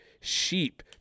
sheep